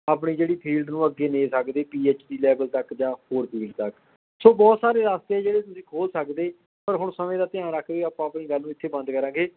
ਆਪਣੀ ਜਿਹੜੀ ਫੀਲਡ ਨੂੰ ਅੱਗੇ ਨੇ ਸਕਦੇ ਪੀ ਐਚ ਡੀ ਲੈਵਲ ਤੱਕ ਜਾਂ ਹੋਰ ਫੀਲਡ ਤੱਕ ਸੋ ਬਹੁਤ ਸਾਰੇ ਰਾਸਤੇ ਜਿਹੜੇ ਤੁਸੀਂ ਖੋਲ੍ਹ ਸਕਦੇ ਪਰ ਹੁਣ ਸਮੇਂ ਦਾ ਧਿਆਨ ਰੱਖ ਕੇ ਆਪਾਂ ਆਪਣੀ ਗੱਲ ਇੱਥੇ ਬੰਦ ਕਰਾਂਗੇ